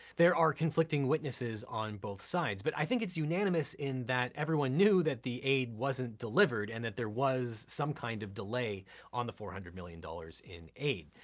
there are conflicting witnesses on both sides, but i think it's unanimous in that everyone knew that the aid wasn't delivered and that there was some kind of delay on the four hundred million dollars in aid.